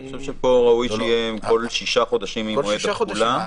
אני חושב שפה ראוי שיהיה כל שישה חודשים ממועד התחולה,